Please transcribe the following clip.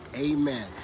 Amen